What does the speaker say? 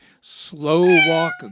slow-walk